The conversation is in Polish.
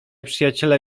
przyjaciele